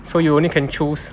so you only can choose